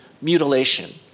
mutilation